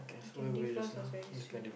candy floss was very sweet